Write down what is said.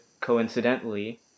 coincidentally